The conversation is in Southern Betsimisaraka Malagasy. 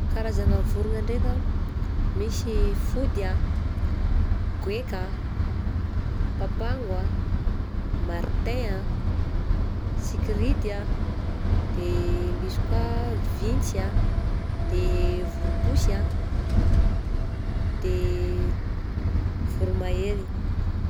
Karazagna vorona ndraika ah: misy fody ah, goika, papango ah, martin ah, sikirity ah, de misy koa vintsy ah, de voromposy ah, de voromahery.